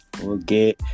okay